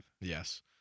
yes